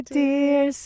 dear